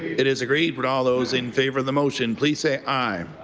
it is agreed. would all those in favor of the motion please say aye.